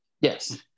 Yes